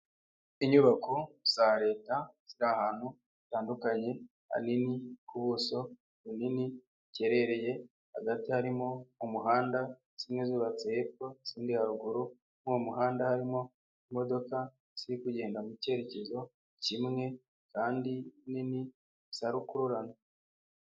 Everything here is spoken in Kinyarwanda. Inyubako za Leta ziri ahantu hatandukanye hanini ku buso bunini giherereye. Hagati harimo umuhanda zimwe zubatse hepfo izindi haruguru. Muri uwo muhanda harimo imodoka ziri kugenda mu cyerekezo kimwe kandi nini za rukururana.